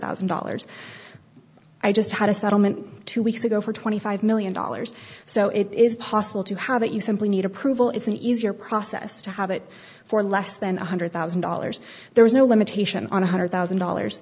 thousand dollars i just had a settlement two weeks ago for twenty five million dollars so it is possible to have it you simply need approval it's an easier process to have it for less than one hundred thousand dollars there is no limitation on one hundred thousand dollars